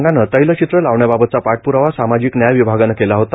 या अनुषंगाने तैलचित्र लावण्याबाबतचा पाठप्रावा सामाजिक न्याय विभागाने केला होता